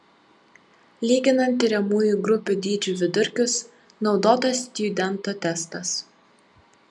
lyginant tiriamųjų grupių dydžių vidurkius naudotas stjudento testas